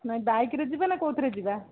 ନାଇଁ ବାଇକ୍ରେ ଯିବା ନା କେଉଁଥିରେ ଯିବା